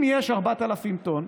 אם יש 4,000 טון,